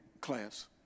class